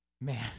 Man